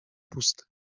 puste